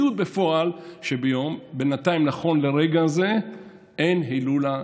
המציאות בפועל היא שבינתיים נכון לרגע זה אין הילולה.